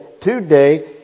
today